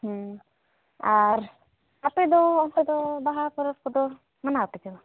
ᱟᱨ ᱟᱯᱮ ᱫᱚ ᱚᱱᱠᱟᱫᱚ ᱵᱟᱦᱟ ᱯᱚᱨᱚᱵᱽ ᱠᱚᱫᱚ ᱢᱟᱱᱟᱣᱟᱯᱮᱪᱮ ᱵᱟᱝ